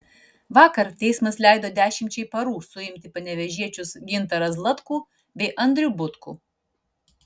vakar teismas leido dešimčiai parų suimti panevėžiečius gintarą zlatkų bei andrių butkų